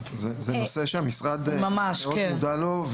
זהו נושא שהמשרד מאוד מודע לו,